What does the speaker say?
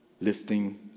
lifting